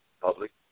public